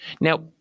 Now